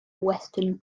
western